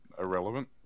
irrelevant